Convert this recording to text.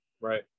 right